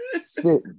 Sitting